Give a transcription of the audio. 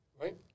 right